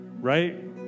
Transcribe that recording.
Right